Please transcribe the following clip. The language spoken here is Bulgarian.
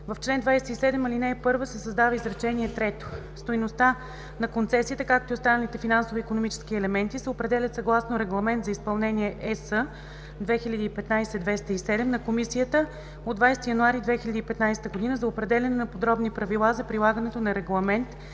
„В чл. 27, ал. 1 се създава изречение трето: Стойността на концесията, както и останалите финансово-икономически елементи се определят съгласно Регламент за изпълнение (ЕС) 2015/207 на Комисията от 20 януари 2015 година за определяне на подробни правила за прилагането на Регламент